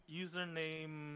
username